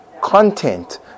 content